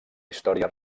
història